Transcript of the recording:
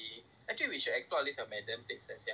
actually we should explore these places sia